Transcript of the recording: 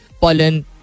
pollen